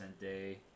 day